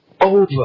over